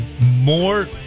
More